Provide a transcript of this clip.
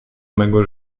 mego